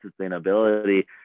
sustainability